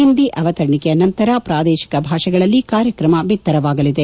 ಹಿಂದಿ ಅವತರಣಿಕೆಯ ನಂತರ ಪ್ರಾದೇಶಿಕ ಭಾಷೆಗಳಲ್ಲಿ ಕಾರ್ಯಕ್ರಮ ಬಿತ್ತರವಾಗಲಿದೆ